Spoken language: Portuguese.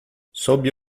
sob